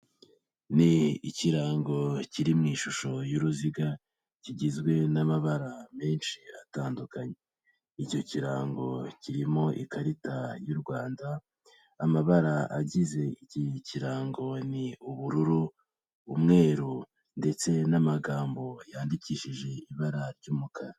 Ni ikirango kiri mu ishusho y'uruziga kigizwe n'amabara menshi atandukanye, icyo kirango kirimo ikarita y'u Rwanda, amabara agize iki kirango ni ubururu, umweru ndetse n'amagambo yandikishije ibara ry'umukara.